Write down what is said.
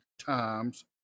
times